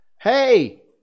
hey